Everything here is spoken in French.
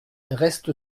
reste